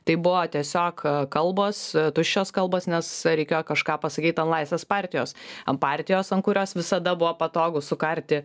tai buvo tiesiog kalbos tuščios kalbos nes reikėjo kažką pasakyt ant laisvės partijos ant partijos ant kurios visada buvo patogu sukarti